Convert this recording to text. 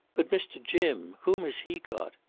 but mr. jim whom has he got?